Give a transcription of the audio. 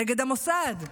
נגד המוסד,